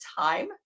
time